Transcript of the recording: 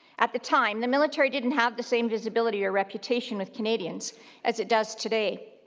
at the time the military didn't have the same visibility or reputation with canadians as it does today.